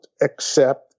accept